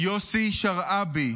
יוסי שרעבי,